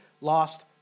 lost